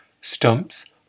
stumps